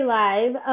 live